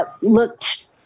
looked